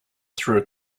through